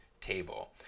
table